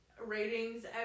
ratings